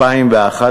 מגורים,